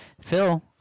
Phil